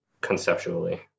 conceptually